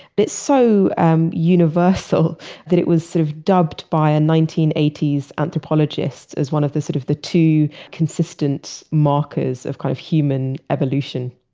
so um universal, that it was sort of dubbed by a nineteen eighty s anthropologist as one of the sort of the two consistent markers of kind of human evolution,